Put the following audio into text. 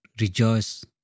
rejoice